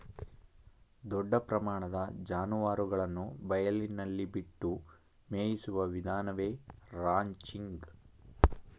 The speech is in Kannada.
ದೊಡ್ಡ ಪ್ರಮಾಣದ ಜಾನುವಾರುಗಳನ್ನು ಬಯಲಿನಲ್ಲಿ ಬಿಟ್ಟು ಮೇಯಿಸುವ ವಿಧಾನವೇ ರಾಂಚಿಂಗ್